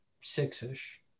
six-ish